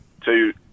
two